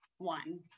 One